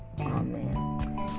Amen